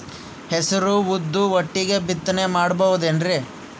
ಹೆಸರು ಉದ್ದು ಒಟ್ಟಿಗೆ ಬಿತ್ತನೆ ಮಾಡಬೋದೇನ್ರಿ?